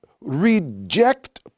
reject